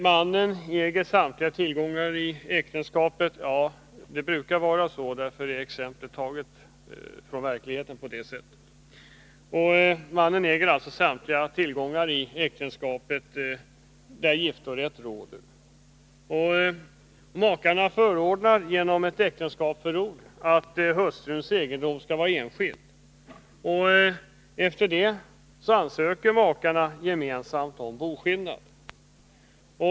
Mannen äger samtliga tillgångar i äktenskapet — det brukar vara så i verkligheten, och därför är exemplet valt på detta sätt. Giftorätt råder. Makarna förordnar genom ett äktenskapsförord att hustruns egendom skall vara enskild. Därefter ansöker makarna gemensamt om boskillnad.